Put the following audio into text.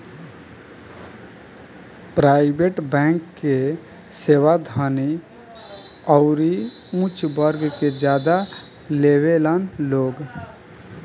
private bank के सेवा धनी अउरी ऊच वर्ग के ज्यादा लेवेलन लोग